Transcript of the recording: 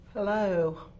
Hello